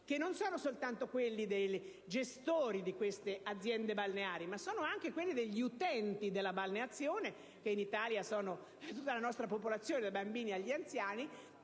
che non sono solo quelli dei gestori di queste aziende balneari, ma anche quelli degli utenti della balneazione, che in Italia sono tanti (tutta la nostra popolazione, dai bambini agli anziani),